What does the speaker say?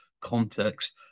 context